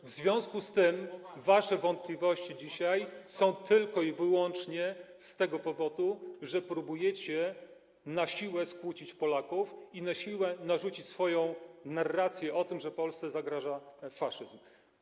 W związku z tym wasze wątpliwości dzisiaj są tylko i wyłącznie z tego powodu, że próbujecie na siłę skłócić Polaków i na siłę narzucić swoją narrację, że Polsce zagraża faszyzm.